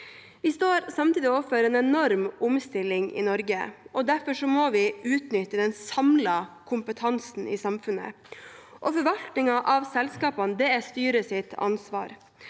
Vi står samtidig overfor en enorm omstilling i Norge, og derfor må vi utnytte den samlede kompetansen i samfunnet. Forvaltningen av selskapene er styrets ansvar.